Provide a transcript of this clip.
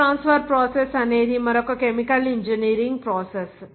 heat transfer process అనేది మరొక chemical engineering process